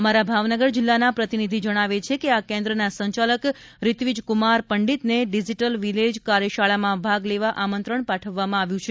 અમારા ભાવનગરના પ્રતિનિધિ જણાવે છે કે આ કેન્દ્રના સંચાલક ઋત્વિજ કુમાર પંડિતને ડિજીટલ વિલેજ કાર્યશાળામાં ભાગ લેવા આમંત્રણ પાઠવવામાં આવ્યું છે